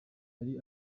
yari